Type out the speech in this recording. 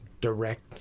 Direct